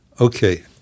Okay